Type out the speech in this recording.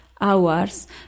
hours